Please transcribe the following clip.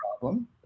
problem